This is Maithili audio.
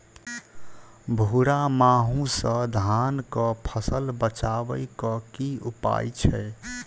भूरा माहू सँ धान कऽ फसल बचाबै कऽ की उपाय छै?